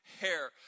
hair